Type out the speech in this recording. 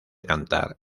cantar